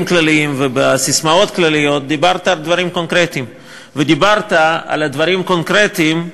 כלליים ובססמאות כלליות דיברת על דברים קונקרטיים,